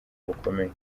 bukomeye